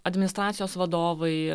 administracijos vadovai